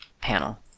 panel